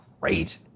great